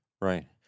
Right